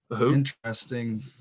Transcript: interesting